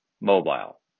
mobile